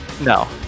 No